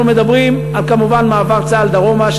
אנחנו מדברים על מעבר צה"ל דרומה,